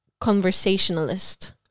conversationalist